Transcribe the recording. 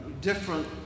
different